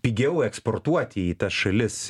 pigiau eksportuoti į tas šalis